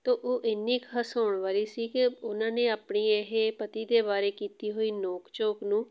ਤਾਂ ਉਹ ਇੰਨੀ ਕੁ ਹਸਾਉਣ ਵਾਲੀ ਸੀ ਕਿ ਉਹਨਾਂ ਨੇ ਆਪਣੀ ਇਹ ਪਤੀ ਦੇ ਬਾਰੇ ਕੀਤੀ ਹੋਈ ਨੋਕ ਝੋਕ ਨੂੰ